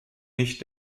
nicht